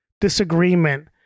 disagreement